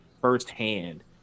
firsthand